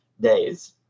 days